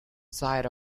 sight